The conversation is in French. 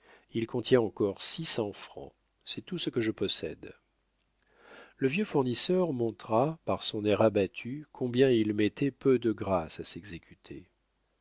qui contient encore six cents francs c'est tout ce que je possède le vieux fournisseur montra par son air abattu combien il mettait peu de grâce à s'exécuter